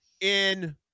in-